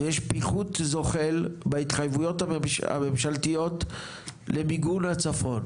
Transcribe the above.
יש פיחות זוחל בהתחייבויות הממשלתיות למיגון הצפון.